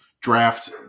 draft